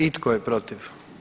I tko je protiv?